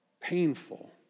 painful